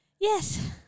Yes